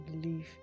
belief